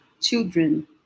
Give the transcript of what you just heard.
children